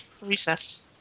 Recess